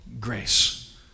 grace